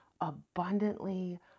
abundantly